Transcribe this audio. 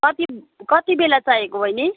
कति कति बेला चाहिएको बैनी